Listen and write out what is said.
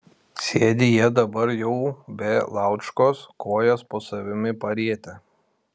sėdi jie dabar jau be laučkos kojas po savimi parietę